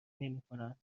نمیکنند